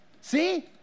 See